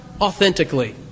authentically